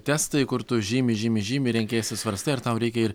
testai kur tu žymi žymi žymi renkiesi svarstai ar tau reikia ir